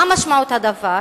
מה משמעות הדבר?